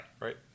Right